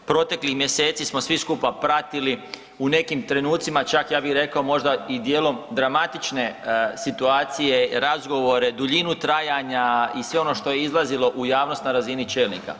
Proteklih mjeseci smo svi skupa pratili, u nekim trenucima čak ja bih rekao možda i dijelom dramatične situacije, razgovore, duljinu trajanja i sve ono što je izlazilo u javnost na razini čelnika.